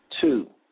Two